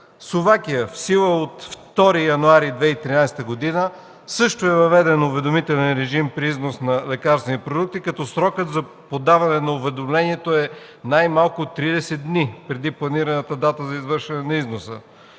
Словакия в сила от 2 януари 2013 г. също е въведен уведомителен режим при износ на лекарствени продукти, като срокът за подаване на уведомлението е най-малко 30 дни преди планираната дата за извършване на износа.